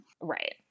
Right